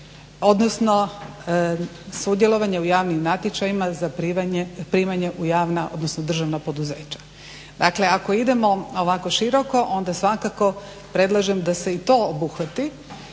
odnosno sudjelovanje u javnim natječajima za primanje u javna odnosno državna poduzeća. Dakle, ako idemo ovako široko, onda svakako predlažem da se i to obuhvati,